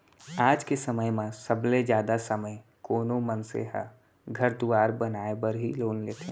आज के समय म सबले जादा समे बर कोनो मनसे ह घर दुवार बनाय बर ही लोन लेथें